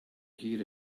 hear